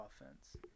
offense